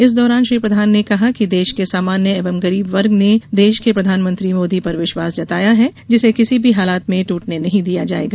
इस दौरान श्री प्रधान ने कहा कि देश के सामान्य एवं गरीब वर्ग ने देश के प्रधानमंत्री मोदी पर विश्वास जताया है जिसे किसी भी हालत में टूटने नहीं दिया जाएगा